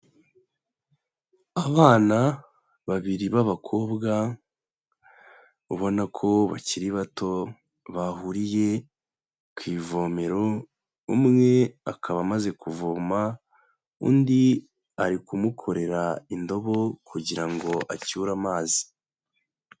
Abana babiri b'abakobwa ubona ko bakiri bato bahuriye ku ivomero umwe akaba amaze kuvoma undi ari kumukorera indobo kugira ngo acyure amazi.